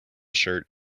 shirt